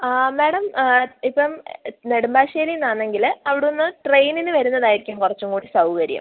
madam ഇപ്പം നെടുമ്പാശ്ശേരിയിൽ നിന്നാണെങ്കില് അവിടുന്ന് ട്രെയിനിൽ നിന്ന് വരുന്നതായിരിക്കും കുറച്ചും കൂടി സൗകര്യം